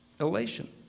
elation